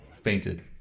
fainted